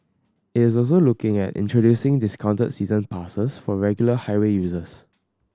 it is also looking at introducing discounted season passes for regular highway users